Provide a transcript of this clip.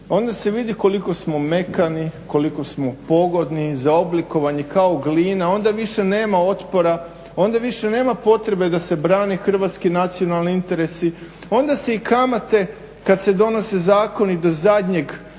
onda se vidi koliko smo mekani, koliko smo pogodni za oblikovanje kao glina, onda više nema otpora, onda više nema potrebe da se brane hrvatski nacionalni interesi, onda se i kamate kad se donose zakoni do zadnjeg